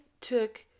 took